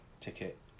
ticket